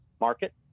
market